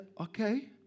Okay